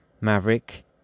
Maverick